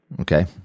Okay